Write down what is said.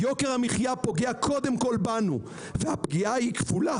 יוקר המחיה פוגע קודם כל בנו, והפגיעה היא כפולה